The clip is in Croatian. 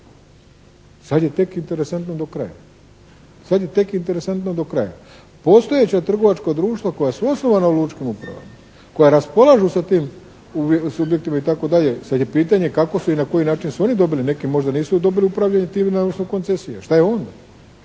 uvjetima iz ugovora o koncesiji. Sad je tek interesantno do kraja. Postojeća trgovačka društva koja su osnovana u lučkim upravama, koja raspolažu sa tim subjektima itd. sad je pitanje kako su i na koji način su oni dobili. Neki možda nisu dobili upravljanjem time na osnovu koncesije. A što je onda?